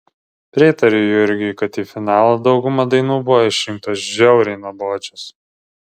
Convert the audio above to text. pritariu jurgiui kad į finalą dauguma dainų buvo išrinktos žiauriai nuobodžios